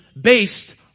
based